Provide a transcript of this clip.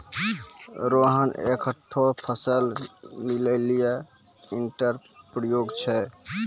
रोहन एकठो सफल millennial entrepreneur छै